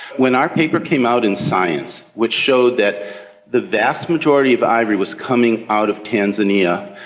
when our paper came out in science which showed that the vast majority of ivory was coming out of tanzania,